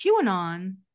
QAnon